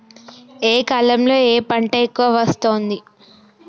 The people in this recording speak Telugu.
ఏ కాలంలో ఏ పంట ఎక్కువ వస్తోంది?